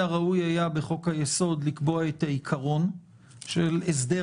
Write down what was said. הראוי היה בחוק-היסוד לקבוע את העיקרון של "הסדר